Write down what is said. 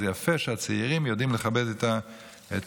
זה יפה שהצעירים יודעים לכבד את הזקנים.